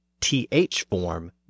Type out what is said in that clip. TH-form